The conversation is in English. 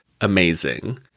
amazing